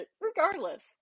regardless